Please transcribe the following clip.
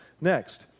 next